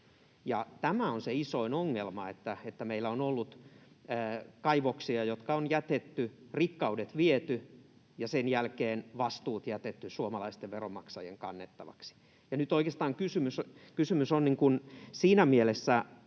tämä on se isoin ongelma, että meillä on ollut kaivoksia, jotka on jätetty: rikkaudet on viety ja sen jälkeen vastuut jätetty suomalaisten veronmaksajien kannettaviksi. Ja nyt oikeastaan kysymys on siinä mielessä